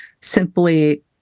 simply